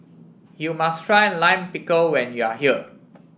you must try Lime Pickle when you are here